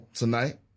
tonight